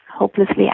hopelessly